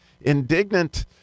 indignant